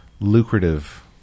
Lucrative